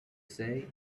say